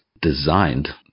designed